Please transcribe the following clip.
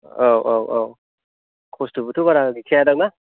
औ औ औ खस्थबोथ' बारा गैखायादां ना